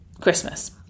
Christmas